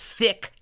thick